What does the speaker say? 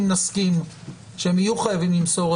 אם נסכים שהם יהיו חייבים למסור,